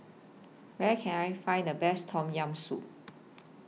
Where Can I Find The Best Tom Yam Soup